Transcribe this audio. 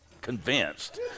convinced